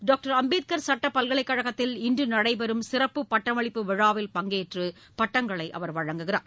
doctor Ambedkar சட்ட பல்கலைக் கழகத்தில் இன்று நடைபெறும் சிறப்பு பட்டமளிப்பு விழாவில் பங்கேற்று பட்டங்களை வழங்குகிறார்